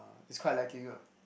it's quite lacking lah